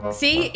see